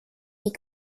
est